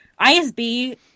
ISB